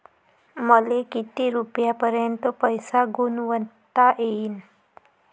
मले किती रुपयापर्यंत पैसा गुंतवता येईन?